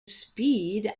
speed